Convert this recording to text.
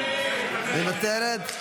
מוותרת.